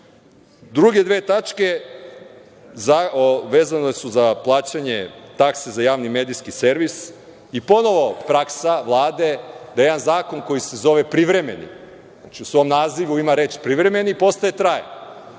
ništa. Druge dve tačke vezane su za plaćanje takse za Javni medijski servis i ponovo je praksa Vlade da jedan zakon koji se zove privremeni, u svom nazivu ima reč „privremeni“, postaje trajni.